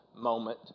Moment